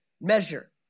measure